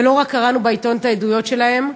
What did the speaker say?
ולא רק קראנו בעיתון את העדויות שלהם,